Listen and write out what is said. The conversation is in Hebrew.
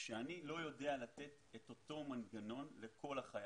שאני לא יודע לתת את אותו מנגנון לכל החיילים,